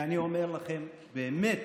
ואני אומר לכם, באמת